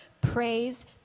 praise